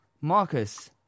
Marcus